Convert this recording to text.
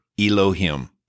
Elohim